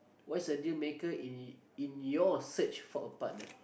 what's the dealmaker in y~ in your search for a partner